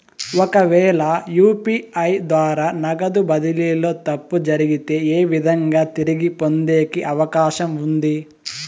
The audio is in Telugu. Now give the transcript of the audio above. ఒకవేల యు.పి.ఐ ద్వారా నగదు బదిలీలో తప్పు జరిగితే, ఏ విధంగా తిరిగి పొందేకి అవకాశం ఉంది?